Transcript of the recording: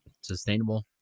sustainable